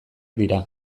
dira